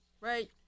right